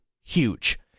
huge